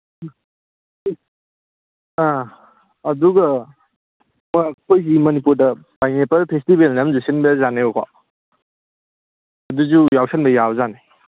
ꯑꯥ ꯑꯗꯨꯒ ꯍꯣꯏ ꯑꯩꯈꯣꯏꯒꯤ ꯃꯅꯤꯄꯨꯔꯗ ꯄꯥꯏꯅꯦꯄꯜ ꯐꯦꯁꯇꯤꯚꯦꯜꯅ ꯑꯃꯁꯨ ꯁꯤꯟꯕ ꯖꯥꯠꯅꯦꯕꯀꯣ ꯑꯗꯨꯁꯨ ꯌꯥꯎꯁꯤꯟꯕ ꯌꯥꯕꯖꯥꯠꯅꯤ